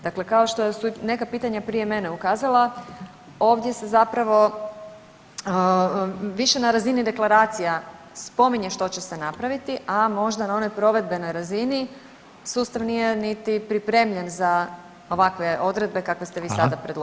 Dakle kao što su neka pitanja prije mene ukazala, ovdje se zapravo više na razini deklaracija spominje što će se napraviti, a možda na onoj provedbenoj razini sustav nije niti pripremljen za ovakve odredbe kakve ste vi sada predložili.